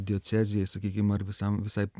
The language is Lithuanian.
diocezijoj sakykim ar visam visaip